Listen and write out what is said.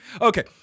Okay